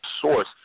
source